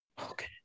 Okay